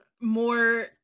more